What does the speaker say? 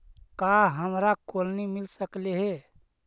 का हमरा कोलनी मिल सकले हे?